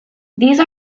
these